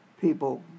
people